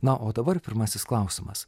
na o dabar pirmasis klausimas